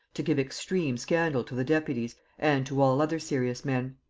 to give extreme scandal to the deputies and to all other serious men.